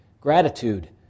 gratitude